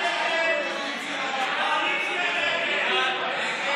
ההסתייגות (2)